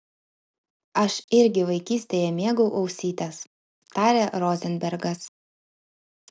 aš irgi vaikystėje mėgau ausytes tarė rozenbergas